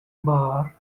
bar